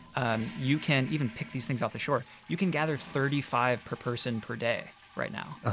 and you can even pick these things off the shore. you can gather thirty five per person per day right now